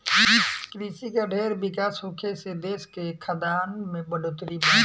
कृषि के ढेर विकास होखे से देश के खाद्यान में बढ़ोतरी बा